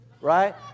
Right